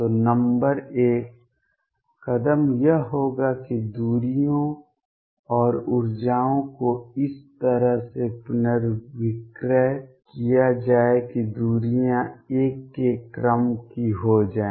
तो नंबर एक कदम यह होगा कि दूरियों और ऊर्जाओं को इस तरह से पुनर्विक्रय किया जाए कि दूरियां 1 के क्रम की हो जाएं